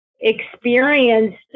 experienced